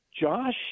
Josh